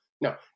no